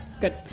good